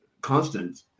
constant